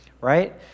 right